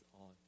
on